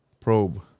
Probe